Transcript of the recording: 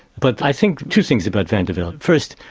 but i think two things about vandeveld. first,